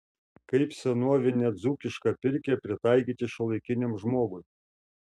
kaip senovinę dzūkišką pirkią pritaikyti šiuolaikiniam žmogui